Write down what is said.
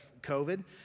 COVID